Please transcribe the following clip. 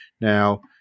now